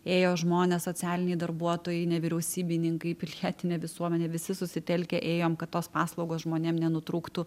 ėjo žmonės socialiniai darbuotojai nevyriausybininkai pilietinė visuomenė visi susitelkę ėjom kad tos paslaugos žmonėm nenutrūktų